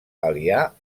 aliar